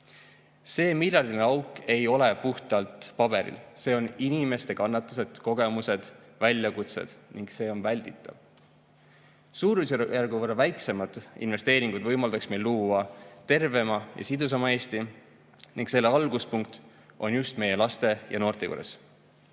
See miljardine auk ei ole puhtalt paberil, selle [alla mahuvad] inimeste kannatused, kogemused, väljakutsed ning see kõik on välditav. Suurusjärgu võrra väiksemad investeeringud võimaldaks meil luua tervema ja sidusama Eesti ning selle alguspunkt on just meie laste ja noorte juures.